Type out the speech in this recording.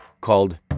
called